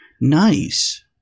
Nice